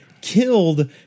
killed